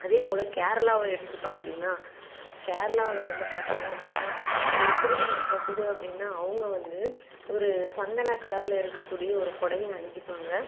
அதே போல் கேரளாவை எடுத்துக்கிட்டோம் அப்படினா கேரளாவில் வந்து பார்த்தீங்க அப்படினா ஒரு திருமணம் நடக்குது அப்படினா அவங்க வந்து ஒரு சந்தன கலரில் இருக்ககூடிய ஒரு புடவைய அணிஞ்சிப்பாங்க